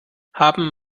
haben